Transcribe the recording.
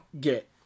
get